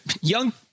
young